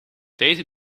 deze